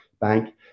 Bank